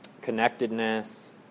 connectedness